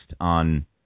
on